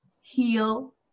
heal